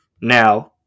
Now